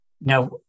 Now